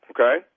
Okay